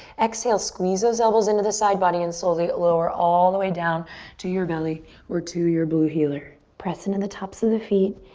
exhale, squeeze those elbows into the side body and slowly lower all the way down to your belly or to your blue heeler. press in the tops of the feet.